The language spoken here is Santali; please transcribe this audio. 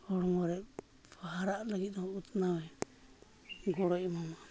ᱦᱚᱲᱢᱚᱨᱮ ᱦᱟᱨᱟᱜ ᱞᱟᱹᱜᱤᱫ ᱦᱚᱸ ᱩᱛᱱᱟᱹᱣᱮ ᱜᱚᱲᱚᱭ ᱮᱢᱟᱢᱟ